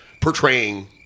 portraying